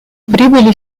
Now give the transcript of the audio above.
прибыли